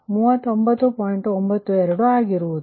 92 ಆಗಿರುವುದು